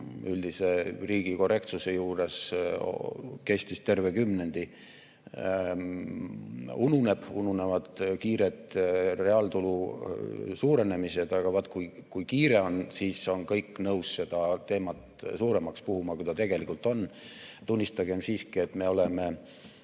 üldise korrektsuse juures kestis terve kümnendi, ununeb. Ununevad kiired reaaltulu suurenemised, aga vaat kui kiire on, siis on kõik nõus seda teemat suuremaks puhuma, kui ta tegelikult on. Tunnistagem siiski, et me oleme